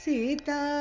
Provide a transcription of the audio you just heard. Sita